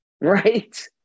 Right